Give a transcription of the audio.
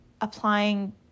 applying